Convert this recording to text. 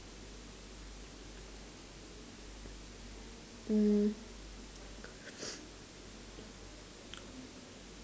mm